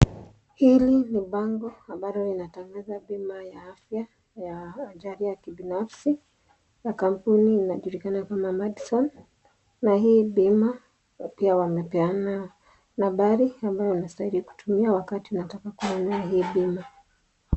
Hili ni bango ambalo linatangaza bima ya afya ya ajali ya kibinafsi ya kampuni inajulikana kama Madison na hii bima pia wamepeana nambari ambayo unastahili kutumia wakati unataka kufanya hii bima.